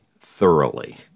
thoroughly